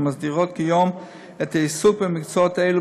המסדירות כיום את העיסוק במקצועות אלו